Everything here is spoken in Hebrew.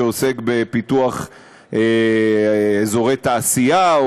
שעוסק בפיתוח אזורי תעשייה,